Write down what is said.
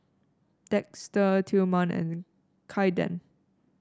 Dexter Tilman and Caiden